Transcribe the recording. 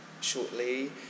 shortly